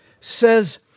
says